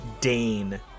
Dane